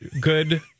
good